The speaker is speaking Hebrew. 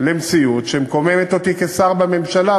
למציאות שמקוממת אותי כשר בממשלה.